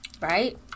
Right